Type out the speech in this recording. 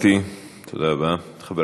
תודה רבה, גברתי.